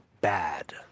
bad